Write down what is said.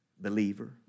believer